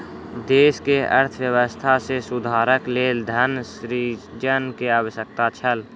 देश के अर्थव्यवस्था में सुधारक लेल धन सृजन के आवश्यकता छल